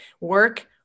work